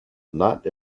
not